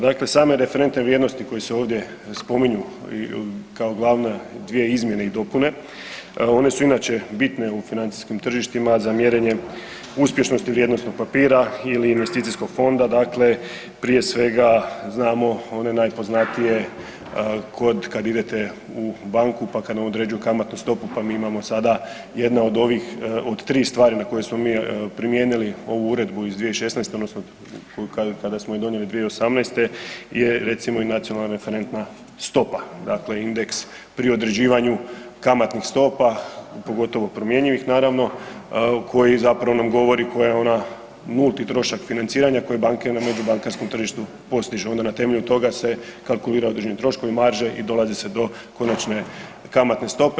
Dakle, same referentne vrijednosti koje se ovdje spominju kao glavna dvije izmjene i dopune, one su inače bitne u financijskim tržištima za mjerenje uspješnosti vrijednosnog papira ili investicijskog fonda, dakle prije svega znamo one najpoznatije kod kad idete u banku, pa kad vam određuju kamatnu stopu, pa mi imamo sada jedna od ovih od tri stvari na koje smo mi primijenili ovu uredbu iz 2016. odnosno kada smo je donijeli 2018. je recimo i nacionalna referentna stopa, dakle indeks pri određivanju kamatnih stopa pogotovo promjenjivih naravno koji zapravo nam govori koja je ona nulti trošak financiranja koje banke na međubankarskom tržištu postižu, onda na temelju toga se kalkuliraju određeni troškovi, marže i dolazi se do konačne kamatne stope.